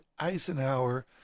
Eisenhower